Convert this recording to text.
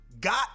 got